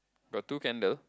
got two candle